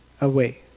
away